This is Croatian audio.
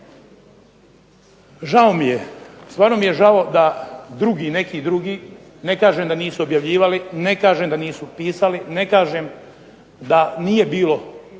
Žao mi je, stvarno mi je žao da neki drugi, ne kažem da nisu objavljivali, ne kažem da nisu pisali, ne kažem da nije bilo